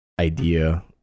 idea